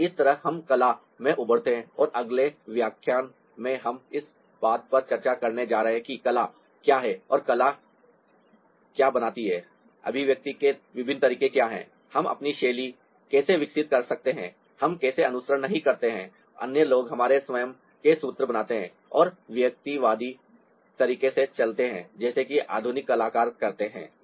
और इसी तरह हम कला में उतरते हैं और अगले व्याख्यान में हम इस बात पर चर्चा करने जा रहे हैं कि कला क्या है और कला कला क्या बनाती है अभिव्यक्ति के विभिन्न तरीके क्या हैं हम अपनी शैली कैसे विकसित कर सकते हैं हम कैसे अनुसरण नहीं करते हैं अन्य लोग हमारे स्वयं के सूत्र बनाते हैं और व्यक्तिवादी तरीके से चलते हैं जैसा कि आधुनिक कलाकार करते हैं